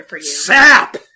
SAP